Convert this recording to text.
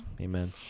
amen